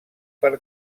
per